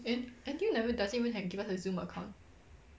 N N_T_U never doesn't even have give us a zoom account